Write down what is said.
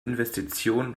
investition